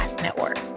network